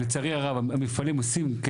ולצערי הרב המפעלים עושים,